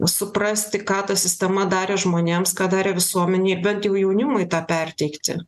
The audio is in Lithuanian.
suprasti ką ta sistema darė žmonėms ką darė visuomenei bent jau jaunimui tą perteikti